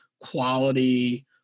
quality